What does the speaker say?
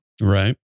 Right